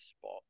spot